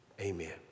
Amen